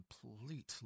completely